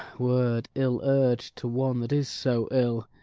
word ill urg'd to one that is so ill